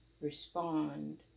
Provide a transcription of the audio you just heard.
respond